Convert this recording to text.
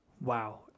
Wow